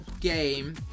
game